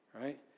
Right